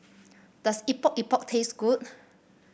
does Epok Epok taste good